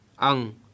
ang